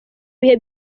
bihe